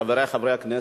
חברי חברי הכנסת,